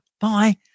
Bye